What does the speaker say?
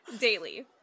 daily